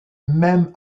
même